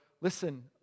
listen